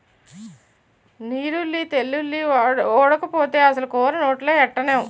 నీరుల్లి తెల్లుల్లి ఓడకపోతే అసలు కూర నోట్లో ఎట్టనేం